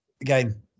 again